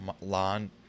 lawn